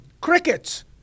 crickets